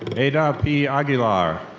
ada p. aguilar.